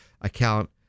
account